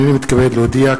הנני מתכבד להודיע,